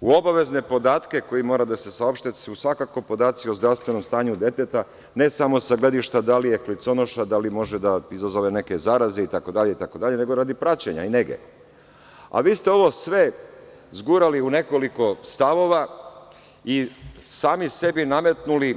U obavezne podatke koji moraju da se saopšte su, svakako, podaci o zdravstvenom stanju deteta, ne samo sa gledišta da li je kliconoša, da li može da izazove neke zaraze, itd, nego radi praćenja i nege, a vi ste ovo sve zgurali u nekoliko stavova i sami sebi nametnuli